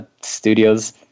studios